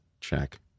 check